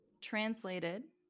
translated